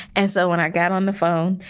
and so when i got on the phone,